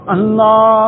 Allah